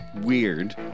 weird